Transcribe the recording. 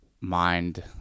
mind